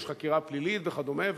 יש חקירה פלילית וכדומה,